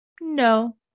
No